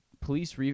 police